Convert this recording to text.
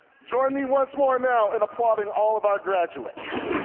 join me once more now in applauding all of our graduates